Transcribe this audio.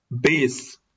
base